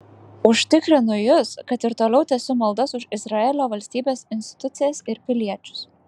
užtikrinu jus kad ir toliau tęsiu maldas už izraelio valstybės institucijas ir piliečius